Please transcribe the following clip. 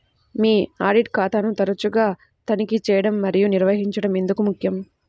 మీ audit ఖాతాను తరచుగా తనిఖీ చేయడం మరియు నిర్వహించడం ఎందుకు ముఖ్యం?